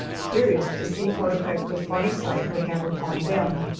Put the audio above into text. curious to see what effect the funny sight would have upon them.